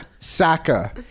Saka